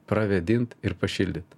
pravėdint ir pašildyt